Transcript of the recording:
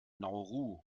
nauru